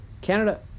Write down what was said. Canada